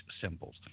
symbols